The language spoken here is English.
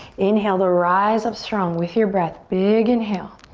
inhale to rise up strong with your breath. big inhale.